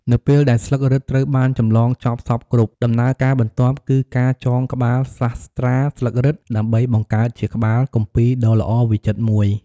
នៅពេលដែលស្លឹករឹតត្រូវបានចម្លងចប់សព្វគ្រប់ ដំណើរការបន្ទាប់គឺការចងក្បាលសាស្រ្តាស្លឹករឹតដើម្បីបង្កើតជាក្បាលគម្ពីរដ៏ល្អវិចិត្រមួយ។